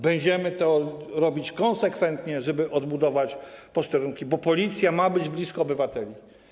Będziemy to robić konsekwentnie, żeby odbudować posterunki, bo Policja ma być blisko obywateli.